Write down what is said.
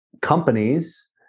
companies